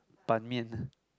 ban-mian